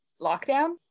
lockdown